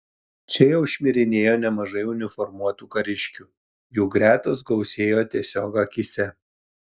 čia jau šmirinėjo nemažai uniformuotų kariškių jų gretos gausėjo tiesiog akyse